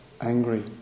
angry